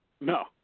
No